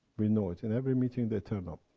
we know it. in every meeting they turn up.